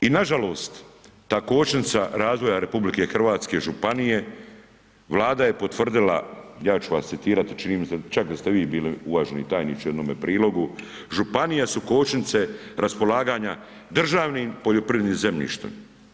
I nažalost ta kočnica razvoja RH županije, Vlada je potvrdila, ja ću vas citirati čini mi se čak da se vi bili uvaženi tajniče u jednome prilogu, županije su kočnice raspolaganja državnim poljoprivrednim zemljištem.